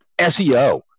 seo